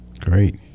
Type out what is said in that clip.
Great